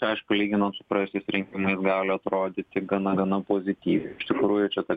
aišku lyginant su praėjusiais rinkimais gali atrodyti gana gana pozityviai iš tikrųjų čia tą